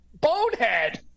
bonehead